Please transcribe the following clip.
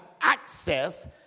access